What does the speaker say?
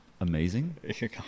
amazing